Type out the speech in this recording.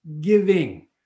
giving